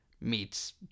meets